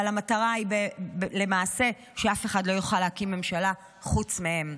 אבל המטרה היא למעשה שאף אחד לא יוכל להקים ממשלה חוץ מהם,